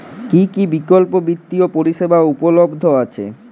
কী কী বিকল্প বিত্তীয় পরিষেবা উপলব্ধ আছে?